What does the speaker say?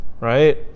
right